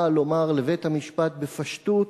באה לומר לבית-המשפט בפשטות: